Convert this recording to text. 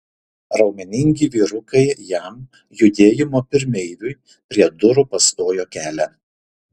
raumeningi vyrukai jam judėjimo pirmeiviui prie durų pastojo kelią